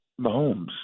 Mahomes